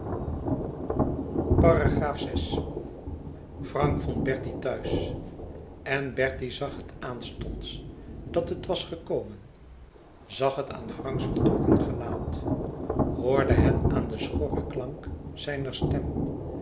vi frank vond bertie thuis en bertie zag het aanstonds dat het was gekomen zag het aan franks vertrokken gelaat hoorde het aan den schorren klank zijner stem